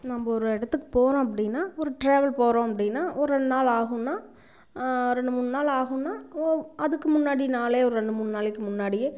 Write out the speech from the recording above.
நம்ம ஒரு இடத்துக்கு போகிறோம் அப்படின்னா ஒரு ட்ராவல் போகிறோம் அப்படின்னா ஒரு ரெண்டு நாள் ஆகுன்னால் ரெண்டு மூணு நாள் ஆகுன்னால் அதுக்கு முன்னாடி நாளே ஒரு ரெண்டு மூணு நாளைக்கு முன்னாடியே